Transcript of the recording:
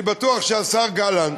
אני בטוח שהשר גלנט,